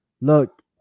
Look